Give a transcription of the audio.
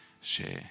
share